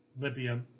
Libya